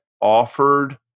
offered